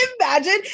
imagine